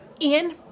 Ian